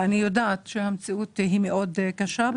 אני יודעת שהמציאות מאוד קשה,